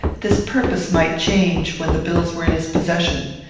this purpose might change when the bills were in his possession.